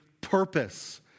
purpose